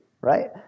right